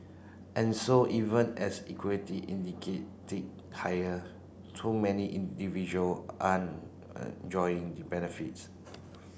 and so even as equity indicate tick higher too many individual aren't joying the benefits